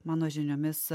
mano žiniomis